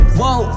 whoa